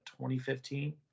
2015